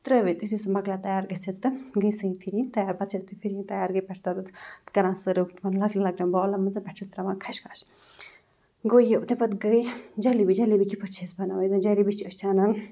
ترٛٲوِتھ یُتھُے سُہ مَکلیٛاو تیار گٔژھِتھ تہٕ گٔے سٲنۍ پھِرِن تیار پَتہٕ چھِ یُتھُے پھِرِن تیار گٔے پَتہٕ چھِ تَمہِ پَتہٕ کَران سرو تِمَن لۄکٹہِ لۄکٹٮ۪ن بولَن منٛز پٮ۪ٹھٕ چھِس ترٛاوان خشخاش گوٚو یہِ تمہِ پَتہٕ گٔے جَلیبی جَلیبی کِتھ پٲٹھۍ چھِ أسۍ بَناوان یُس زَن یہِ جَلیبی چھِ أسۍ چھِ اَنان